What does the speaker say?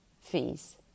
fees